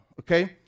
okay